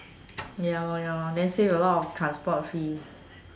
ya lor ya lor then save a lot of transport fee